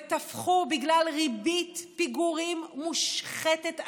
ותפחו בגלל ריבית פיגורים מושחתת עצומה,